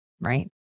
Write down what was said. right